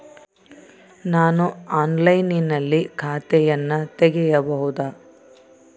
ನಾನು ಆನ್ಲೈನಿನಲ್ಲಿ ಖಾತೆಯನ್ನ ತೆಗೆಯಬಹುದಾ?